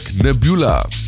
Nebula